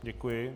Děkuji.